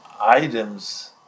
items